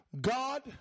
God